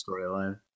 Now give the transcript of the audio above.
storyline